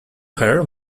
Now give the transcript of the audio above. hair